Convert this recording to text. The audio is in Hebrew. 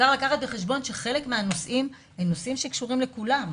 צריך להביא בחשבון שחלק מהנושאים הם נושאים שקשורים לכולם.